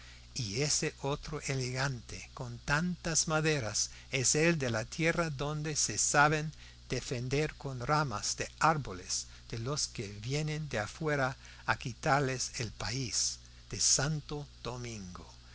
y ese otro elegante con tantas maderas es el de la tierra donde se saben defender con ramas de árboles de los que vienen de afuera a quitarles el país de santo domingo